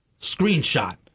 screenshot